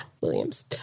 Williams